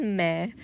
meh